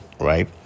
right